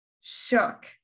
Shook